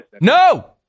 no